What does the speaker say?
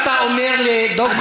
אתה מנצל את המקום